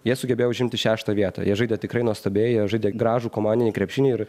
jie sugebėjo užimti šeštą vietą ir jie žaidė tikrai nuostabiai jie žaidė gražų komandinį krepšinį ir